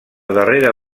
darrera